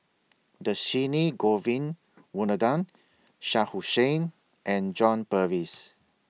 Dhershini Govin Winodan Shah Hussain and John Purvis